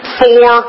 four